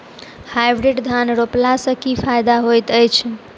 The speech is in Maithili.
हाइब्रिड धान रोपला सँ की फायदा होइत अछि?